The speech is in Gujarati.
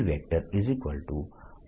A A